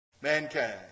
Mankind